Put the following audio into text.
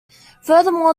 furthermore